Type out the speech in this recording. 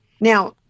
Now